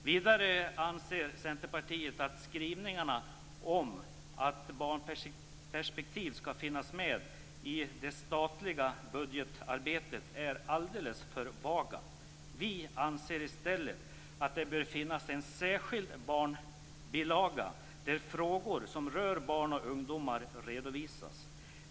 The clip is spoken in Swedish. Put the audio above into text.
Vidare anser Centerpartiet att skrivningarna om att ett barnperspektiv skall finnas med i det statliga budgetarbetet är alldeles för vaga. Vi anser i stället att det bör finnas en särskild barnbilaga där frågor som rör barn och ungdomar redovisas.